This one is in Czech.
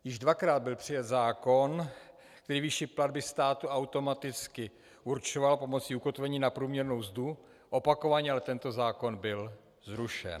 Již dvakrát byl přijat zákon, který výši platby státu automaticky určoval pomocí ukotvení na průměrnou mzdu, opakovaně ale tento zákon byl zrušen.